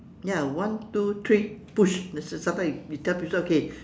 ya one two three push there's a sometimes you tell people okay